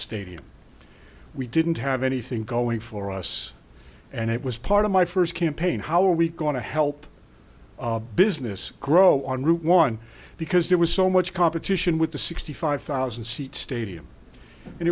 stadium we didn't have anything going for us and it was part of my first campaign how are we going to help business grow on route one because there was so much competition with the sixty five thousand seat stadium and